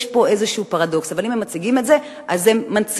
יש פה איזה פרדוקס: אם הם מציגים את זה אז הם מנציחים,